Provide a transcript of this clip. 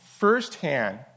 Firsthand